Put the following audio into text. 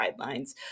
guidelines